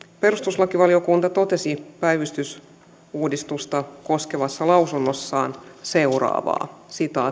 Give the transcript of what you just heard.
perustuslakivaliokunta totesi päivystysuudistusta koskevassa lausunnossaan seuraavaa